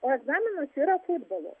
o egzaminas yra futbolas